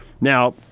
Now